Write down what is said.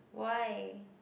why